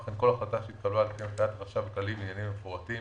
וכן כל החלטה שהתקבלה לפי הנחיות החשב הכללי בעניינים המפורטים